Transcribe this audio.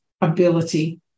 ability